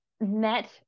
met